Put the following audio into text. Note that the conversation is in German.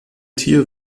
tier